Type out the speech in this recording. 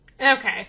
Okay